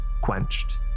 quenched